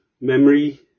memory